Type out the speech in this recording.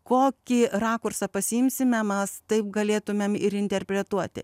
kokį rakursą pasiimsime mes taip galėtumėm ir interpretuoti